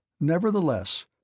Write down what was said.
Nevertheless